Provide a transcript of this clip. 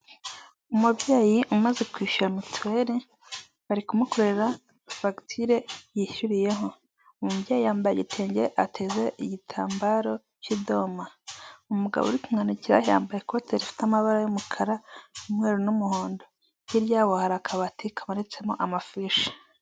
Iki gikoresho cyifashishwa mu kuzimya inkongi y'umuriro ,iki gikoresho ahenshi kiba kiri mu nzu nini, inyubako nini cyane ku buryo ifashwe n'umuriro byakwifashishwa kugira ngo bayikumire. Iki gikoresho ni cyiza kuko kirinda abaturage ndetse n'ibikorwa remezo byabo.